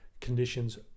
conditions